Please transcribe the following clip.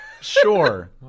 Sure